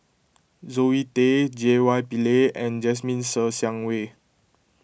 Zoe Tay J Y Pillay and Jasmine Ser Xiang Wei